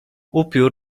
upiór